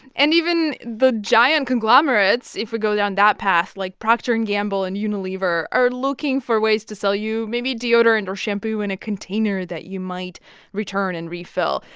and even the giant conglomerates, if we go down that path, like procter and gamble and unilever are looking for ways to sell you maybe deodorant or shampoo in a container that you might return and refill.